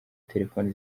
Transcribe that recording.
telefoni